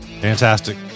Fantastic